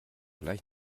gleich